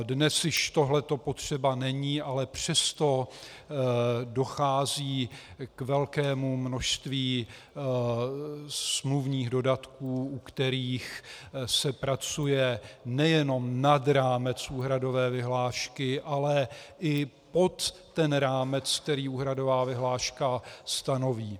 Dnes již tohle potřeba není, ale přesto dochází k velkému množství smluvních dodatků, u kterých se pracuje nejenom nad rámec úhradové vyhlášky, ale i pod ten rámec, který úhradová vyhláška stanoví.